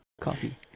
coffee